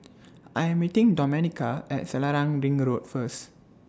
I Am meeting Domenica At Selarang Ring Road First